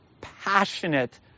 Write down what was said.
passionate